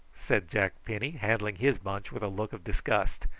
said jack penny, handling his bunch with a look of disgust.